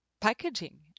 packaging